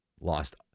Lost